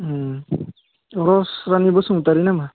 रसरानि बसुमतारी नामा